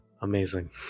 Amazing